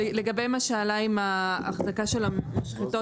לגבי מה שעלה עם ההחזקה של המשחטות,